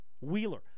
Wheeler